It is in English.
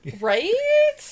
right